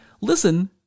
listen